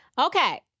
Okay